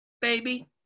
baby